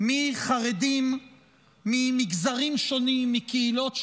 מחרדים ממגזרים שונים, מקהילות שונות,